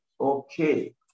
Okay